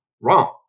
Wrong